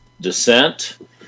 descent